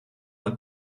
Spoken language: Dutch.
het